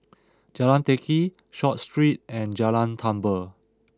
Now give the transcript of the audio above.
Jalan Teck Kee Short Street and Jalan Tambur